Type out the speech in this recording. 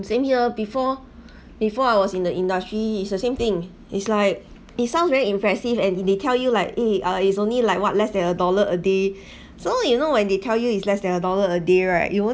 same here before before I was in the industry it's the same thing it's like it sounds very impressive and they tell you like eh is only like what less than a dollar a day so you know when they tell you it's less than a dollar a day right you won't